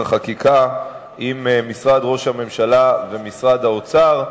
החקיקה עם משרד ראש הממשלה ומשרד האוצר.